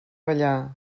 ballar